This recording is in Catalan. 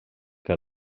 que